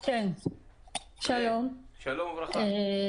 שלום וברכה.